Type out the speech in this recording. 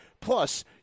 plus